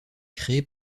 créés